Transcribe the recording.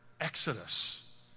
Exodus